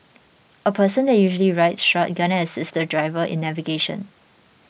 a person that usually rides shotgun and assists the driver in navigation